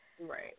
Right